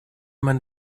man